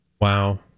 Wow